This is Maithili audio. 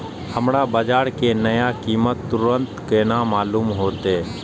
हमरा बाजार के नया कीमत तुरंत केना मालूम होते?